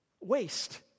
waste